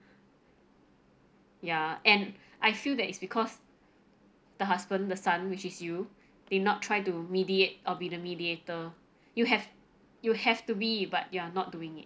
ya and I feel that it's because the husband the son which is you did not try to mediate or be the mediator you have you have to be but you're not doing it